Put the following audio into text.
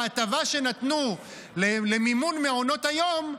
בהטבה שנתנו למימון מעונות היום,